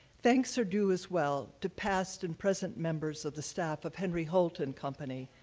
thanks are due, as well, to past and present members of the staff of henry holt and company,